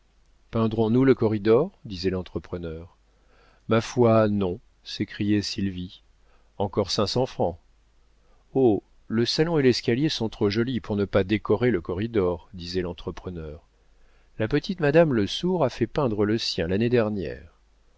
peindrons nous le corridor disait l'entrepreneur ma foi non s'écriait sylvie encore cinq cents francs oh le salon et l'escalier sont trop jolis pour ne pas décorer le corridor disait l'entrepreneur la petite madame lesourd a fait peindre le sien l'année dernière